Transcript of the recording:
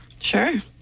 Sure